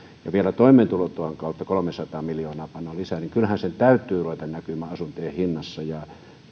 ja vielä toimeentulotuen kautta kolmesataa miljoonaa pannaan lisää niin kyllähän sen täytyy ruveta näkymään asuntojen hinnassa ja